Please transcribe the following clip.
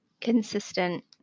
consistent